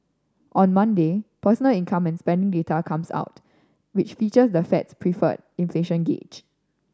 on Monday personal income and spending data comes out which features the Fed's preferred inflation gauge